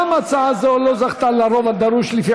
גם הצעה זו לא זכתה לרוב הדרוש לפי